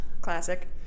Classic